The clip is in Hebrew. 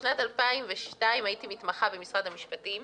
בשנת 2002 הייתי מתמחה במשרד המשפטים.